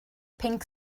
pink